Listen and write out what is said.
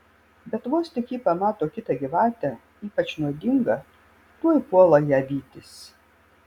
bet vos tik ji pamato kitą gyvatę ypač nuodingą tuoj puola ją vytis